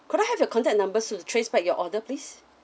could I have your contact number to trace back your order please